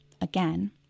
again